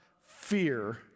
fear